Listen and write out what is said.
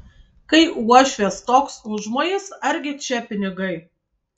kai uošvės toks užmojis argi čia pinigai